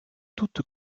toutes